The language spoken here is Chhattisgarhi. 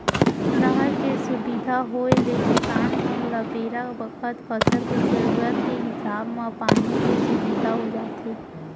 नहर के सुबिधा होय ले किसान मन ल बेरा बखत फसल के जरूरत के हिसाब म पानी के सुबिधा हो जाथे